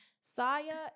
Saya